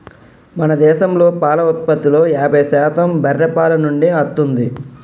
మన దేశంలో పాల ఉత్పత్తిలో యాభై శాతం బర్రే పాల నుండే అత్తుంది